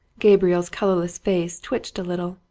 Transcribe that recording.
gabriel's colourless face twitched a little,